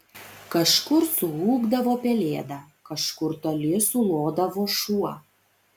kažkur suūkdavo pelėda kažkur toli sulodavo šuo